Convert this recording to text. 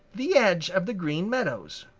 the edge of the green meadows.